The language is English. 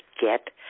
get